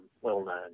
well-known